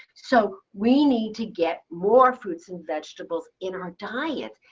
so we need to get more fruits and vegetables in our diet.